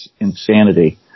insanity